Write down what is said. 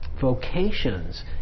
vocations